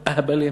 אהבלים?